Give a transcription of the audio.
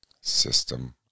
System